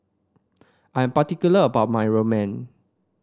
I'm particular about my Ramen